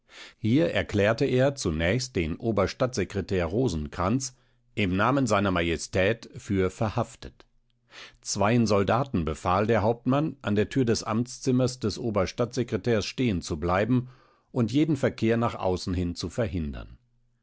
hier erklärte er zunächst den oberstadtsekretär rosenkranz im namen seiner majestät für verhaftet zweien soldaten befahl der hauptmann an der tür des amtszimmers des oberstadtsekretärs stehen zu bleiben und jeden verkehr nach außen hin zu verhindern